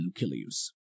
Lucilius